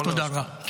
תודה רבה.